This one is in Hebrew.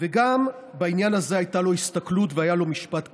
וגם בעניין הזה הייתה לו הסתכלות והיה לו משפט כזה: